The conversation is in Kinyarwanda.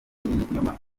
ikinyoma